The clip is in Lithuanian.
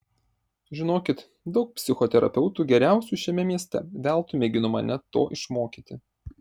žinokit daug psichoterapeutų geriausių šiame mieste veltui mėgino mane to išmokyti